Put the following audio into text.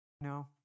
No